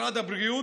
משרד הבריאות,